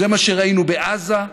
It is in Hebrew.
זה מה שראינו בעזה,